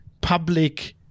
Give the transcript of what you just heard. public